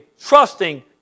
trusting